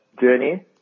journey